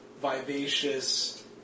vivacious